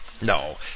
no